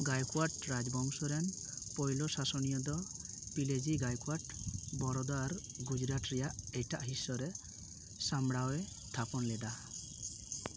ᱜᱟᱭᱠᱚᱣᱟᱰ ᱨᱟᱡᱽ ᱵᱚᱝᱥᱚ ᱨᱮᱱ ᱯᱳᱭᱞᱳ ᱥᱟᱥᱚᱱᱤᱭᱟᱹ ᱫᱚ ᱯᱤᱞᱟᱡᱤ ᱜᱟᱭᱠᱳᱣᱟᱰ ᱵᱚᱨᱳᱫᱟᱨ ᱜᱩᱡᱨᱟᱴ ᱨᱮᱭᱟᱜ ᱮᱴᱟᱜ ᱦᱤᱸᱥᱚ ᱨᱮ ᱥᱟᱢᱵᱲᱟᱣ ᱮ ᱛᱷᱟᱯᱚᱱ ᱞᱮᱫᱟ